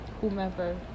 whomever